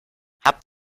hab